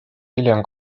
hiljem